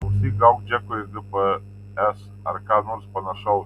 klausyk gauk džekui gps ar ką nors panašaus